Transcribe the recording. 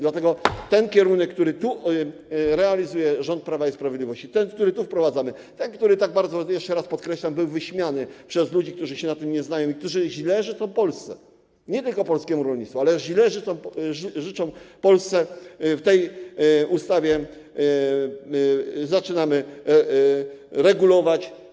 Dlatego kwestie tego kierunku, który tu realizuje rząd Prawa i Sprawiedliwości, tego, który tu wprowadzamy, tego, który tak bardzo, jeszcze raz to podkreślam, był wyśmiewany przez ludzi, którzy się na tym nie znają i którzy źle życzą Polsce - nie tylko polskiemu rolnictwu źle życzą, ale i Polsce - w tej ustawie zaczynamy regulować.